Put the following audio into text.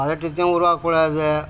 பதட்டத்தையும் உருவாக்கக்கூடாது